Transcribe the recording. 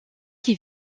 qui